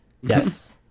yes